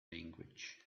language